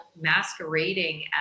masquerading